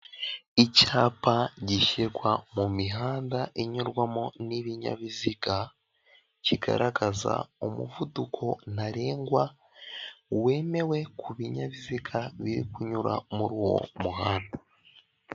Icyapa gishyirwa mu mihanda inyurwamo n'ibinyabiziga, kigaragaza umuvuduko ntarengwa wemewe ku binyabiziga biri kunyura muri uwo muhanda.